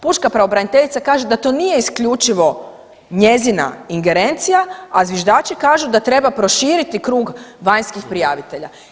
Pučka pravobraniteljica kaže da to nije isključivo njezina ingerencija, a zviždači kažu da treba proširiti krug vanjskih prijavitelja.